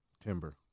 Timber